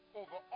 over